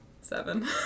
seven